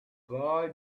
boy